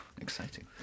exciting